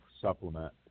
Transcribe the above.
supplement